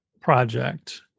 project